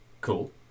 cool